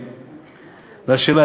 והשאלה,